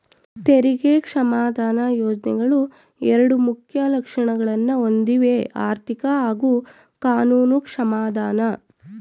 ತೆರಿಗೆ ಕ್ಷಮಾದಾನ ಯೋಜ್ನೆಗಳು ಎರಡು ಮುಖ್ಯ ಲಕ್ಷಣಗಳನ್ನ ಹೊಂದಿವೆಆರ್ಥಿಕ ಹಾಗೂ ಕಾನೂನು ಕ್ಷಮಾದಾನ